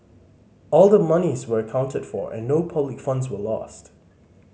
all the monies were accounted for and no public funds were lost